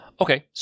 Okay